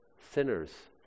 sinners